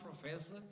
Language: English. professor